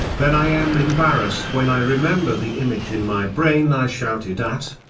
then i am embarrassed when i remember the image in my brain i shouted at.